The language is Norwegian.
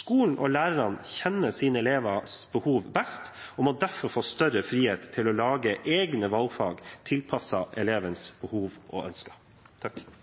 Skolen og lærerne kjenner sine elevers behov best og må derfor få større frihet til å lage egne valgfag, tilpasset elevenes behov og ønsker.